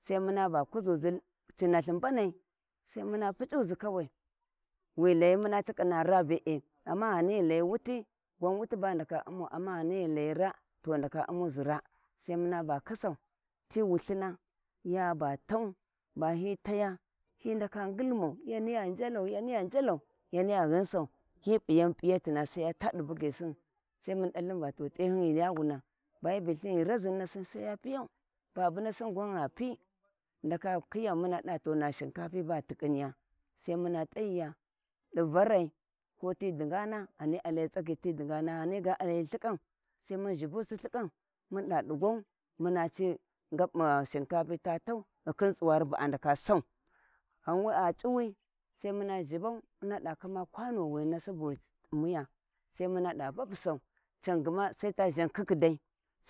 Sai muna ba kuzuzi ci nalhi mbarai sai muna puc`uzi kawai wi ghu layi muna tiƙƙina raa bee amma ghai ghi layi wuti, wuti baghi ndaka umau muna a ghau ghi layi raa, sai muna ba kasau ti wulthina yaba tau bahi taya hi ndaka ngulma yaniya njulau yanyo njallau yaniya gluinsau hi pic yani bu p`iyatina sai ya taa di bugyisiu sai mun dalhin to tehun ghi yawuna bahi bilthun ghi razan nasi sai ya piyau, babu nasin gwan gha pi sai muna dava na shinkapi baghu tiƙƙiniya, sai muna tayiya di varai ko ti dingau ghani a layi tsagyi dingana ghani ga a layi lhkam sai mun zibusi lhikau muɗa diyau mu ci shinkapi ta tau ghikhin tsuwai bu ndaka sau ghan we a cu`wi sai mun zhiba muna kama konowani subu sai mun da babusau cag ma sai ta zha kikkida